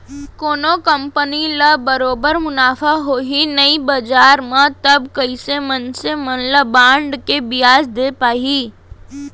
कोनो कंपनी ल बरोबर मुनाफा होही नइ बजार म तब कइसे मनसे मन ल बांड के बियाज दे पाही